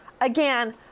again